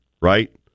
Right